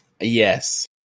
yes